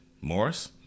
Morris